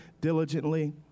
diligently